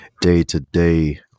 day-to-day